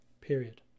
period